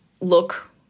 look